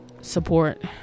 support